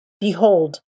Behold